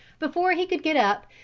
before he could get up,